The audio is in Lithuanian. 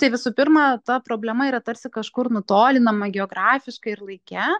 tai visų pirma ta problema yra tarsi kažkur nutolinama geografiškai ir laike